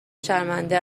شرمنده